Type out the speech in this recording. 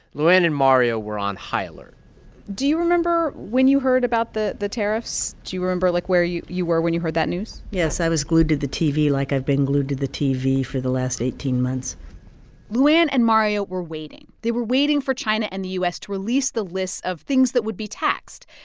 lou anne and mario were on high alert do you remember when you heard about the the tariffs? do you remember like where you you were when you heard that news? yes, i was glued to the tv like i've been glued to the tv for the last eighteen months lou anne and mario were waiting. they were waiting for china and the u s. to release the list of things that would be taxed.